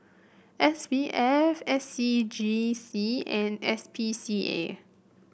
S B F S C G C and S P C A